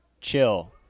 Chill